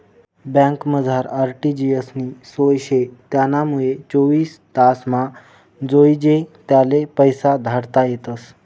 बँकमझार आर.टी.जी.एस नी सोय शे त्यानामुये चोवीस तासमा जोइजे त्याले पैसा धाडता येतस